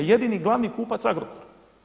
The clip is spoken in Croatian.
Jedini glavni kupac Agrokor.